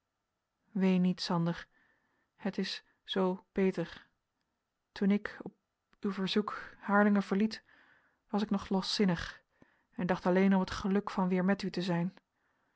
ween niet sander het is zoo beter toen ik op uw verzoek harlingen verliet was ik nog loszinnig en dacht alleen om het geluk van weer met u te zijn